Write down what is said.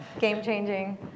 game-changing